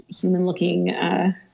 human-looking